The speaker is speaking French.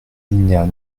alinéas